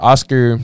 Oscar